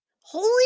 Holy